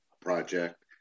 project